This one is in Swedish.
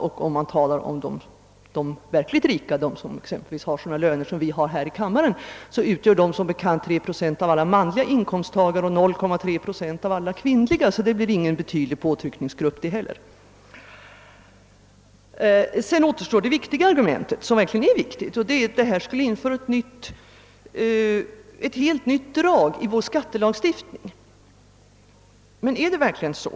Och de verkligt rika, de som har sådana löner som vi här i kammaren har, utgör som bekant 3 procent av alla manliga inkomsttagare och 0,3 procent av alla kvinnliga. Det blir alltså inte heller någon betydande påtryckningsgrupp. Sedan återstår det verkligt viktiga argumentet, att ett genomförande av förslaget skulle innebära att vi inför ett helt nytt drag i vår skattelagstiftning. Är det verkligen så?